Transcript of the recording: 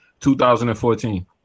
2014